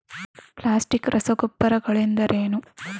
Plastic ರಸಗೊಬ್ಬರಗಳೆಂದರೇನು?